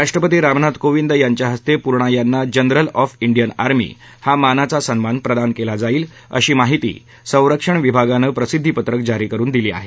राष्ट्रपती रामनाथ कोविंद यांच्या हस्ते पुर्णा यांना जनरल ऑफ डिअन आर्मी हा मानाचा सन्मान प्रदान केला जाईल अशी माहिती संरक्षण विभागानं प्रसिद्वीपत्रक जारी करून दिली आहे